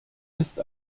ist